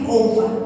over